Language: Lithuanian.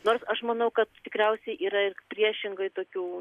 nors aš manau kad tikriausiai yra ir priešingai tokių